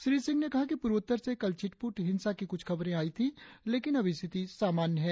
श्री सिंह ने कहा कि पूर्वोत्तर से कल छिटपुट हिंसा की कुछ खबरें आई थी लेकिन अब स्थिति सामान्य है